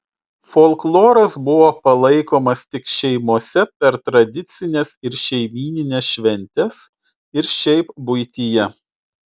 folkloras buvo palaikomas tik šeimose per tradicines ir šeimynines šventes ir šiaip buityje